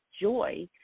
joy